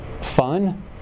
fun